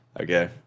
okay